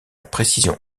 précision